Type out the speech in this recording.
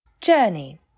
Journey